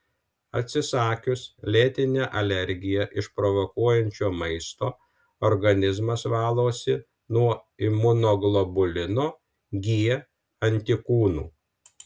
atsisakius lėtinę alergiją išprovokuojančio maisto organizmas valosi nuo imunoglobulino g antikūnų